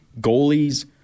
goalies